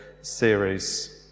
series